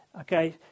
okay